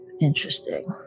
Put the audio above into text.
Interesting